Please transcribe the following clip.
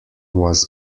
was